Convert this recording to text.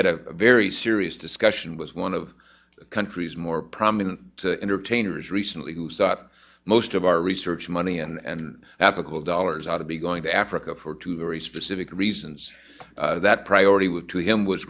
had a very serious discussion was one of the country's more prominent entertainers recently who sought most of our research money and apical dollars out to be going to africa for two very specific reasons that priority with him was